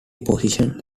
position